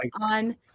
on